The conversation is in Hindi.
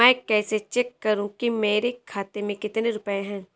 मैं कैसे चेक करूं कि मेरे खाते में कितने रुपए हैं?